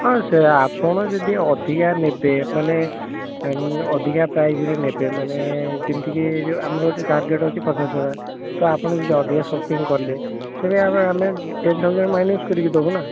ହଁ ସେ ଆପଣ ଯଦି ଅଧିକା ନେବେ ମାନେ ଅଧିକା ପ୍ରାଇଜ୍ରେ ନେବେ ମାନେ ଯେମିତିକି ଆମର ଏଠି ଟାର୍ଗେଟ୍ ଅଛି ପଚାଶ ହଜାର ତ ଆପଣ ଯଦି ଅଧିକା ଶପିଂ କଲେ ତେବେ ଆମେ ଟେନ୍ ଥାଉଜେଣ୍ଟ ମାଇନସ୍ କରିକି ଦେବୁ ନା